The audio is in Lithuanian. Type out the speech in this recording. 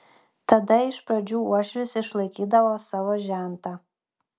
tada iš pradžių uošvis išlaikydavo savo žentą